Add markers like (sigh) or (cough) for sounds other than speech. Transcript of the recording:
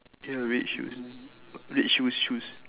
ya red shoes (noise) red shoes shoes